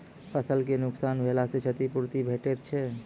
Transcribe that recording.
फसलक नुकसान भेलाक क्षतिपूर्ति भेटैत छै?